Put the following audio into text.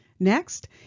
Next